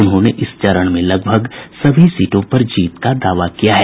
उन्होंने इस चरण में लगभग सभी सीटों पर जीत का दावा किया है